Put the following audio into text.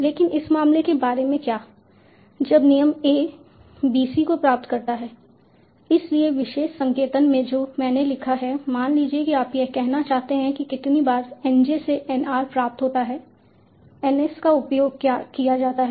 लेकिन इस मामले के बारे में क्या जब नियम A B C को प्राप्त करता है इसलिए विशेष संकेतन में जो मैंने लिखा है मान लीजिए कि आप यह कहना चाहते हैं कि कितनी बार N j से N r प्राप्त होता है N S का उपयोग किया जाता है